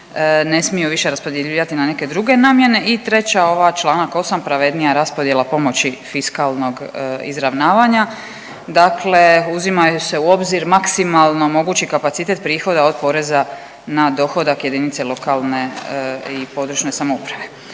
ne smiju više raspodjeljivati na neke druge namjene. I treća ova, članak 8. pravednija raspodjela pomoći fiskalnog izravnavanja. Dakle, uzimaju se u obzir maksimalno mogući kapacitet prihoda od poreza na dohodak jedinice lokalne i područne samouprave.